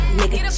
nigga